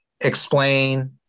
explain